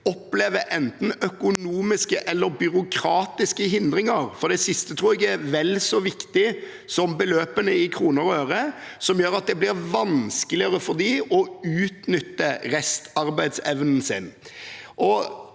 opplever enten økonomiske eller byråkratiske hindringer – for det siste tror jeg er vel så viktig som beløpene i kroner og øre – som gjør at det blir vanskeligere for dem å utnytte restarbeidsevnen sin.